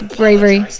bravery